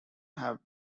have